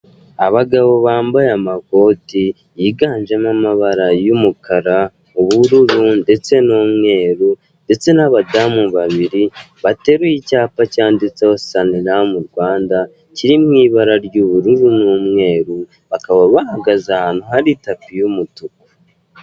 Abagabo bambaye amakoti yiganjemo amabara y'umukara, ubururu ndetse n'umweru, ndetse n'abadamu babiri, bateruye icyapa cyanditseho saniramu Rwanda, Kiri mu ibara ry'ubururu n'umweru, bakaba habagaze ahantu hari itapi y'umutuku.